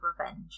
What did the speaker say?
revenge